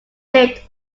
lived